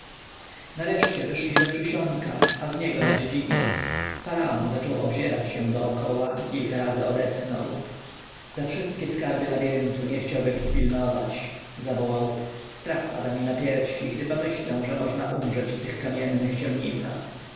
nareszcie wyszli do przysionka a z niego na dziedziniec faraon zaczął oglądać się dokoła i kilka razy odetchnął za wszystkie skarby labiryntu nie chciałbym ich pilnować zawołał strach pada mi na piersi gdy pomyślę że można umrzeć w tych kamiennych ciemnicach